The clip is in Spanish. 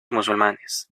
musulmanes